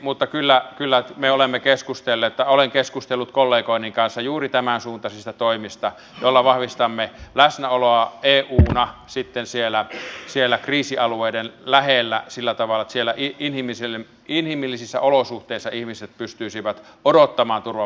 mutta kyllä olen keskustellut kollegoideni kanssa juuri tämänsuuntaisista toimista joilla vahvistamme läsnäoloa euna sitten siellä kriisialueiden lähellä sillä tavalla että siellä inhimillisissä olosuhteissa ihmiset pystyisivät odottamaan turvapaikkapäätöksiä